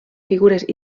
figures